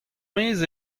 miz